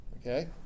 okay